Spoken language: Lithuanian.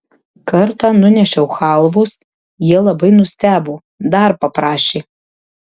kartą nunešiau chalvos jie labai nustebo dar paprašė